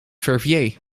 verviers